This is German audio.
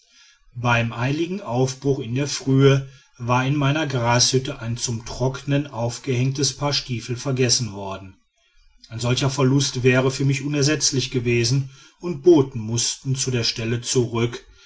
beim eiligen aufbruch in der frühe war in meiner grashütte ein zum trocknen aufgehängtes paar stiefel vergessen worden ein solcher verlust wäre für mich unersetzlich gewesen und boten mußten zu der stelle zurück